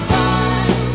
time